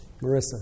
Marissa